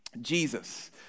Jesus